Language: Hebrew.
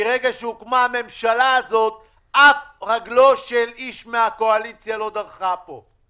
מרגע שהוקמה הממשלה הזאת רגלו של איש מהקואליציה לא דרכה פה.